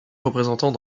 représentants